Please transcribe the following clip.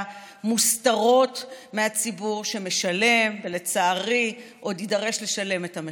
מוסתרות מהציבור שמשלם ולצערי עוד יידרש לשלם את המחיר.